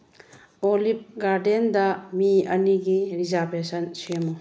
olive ꯒꯥꯔꯗꯦꯟꯗ ꯃꯤ ꯑꯅꯤꯒꯤ ꯔꯤꯖꯥꯔꯕꯦꯁꯟ ꯁꯦꯝꯃꯨ